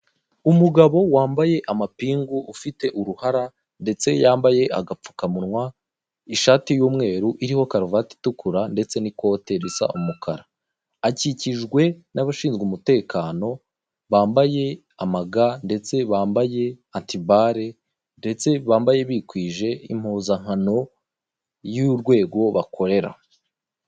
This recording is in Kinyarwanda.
Umugabo wambaye amapingu ufite uruhara, ndetse yambaye agapfukamunwa, ishati y'umweru iriho karuvati itukura, ndetse n'ikote risa umukara. Akikijwe n'abashinzwe umutekano bambaye amaga, ndetse bambaye antibare, ndetse bambaye bikwije impuzankano y'urwego bakorera.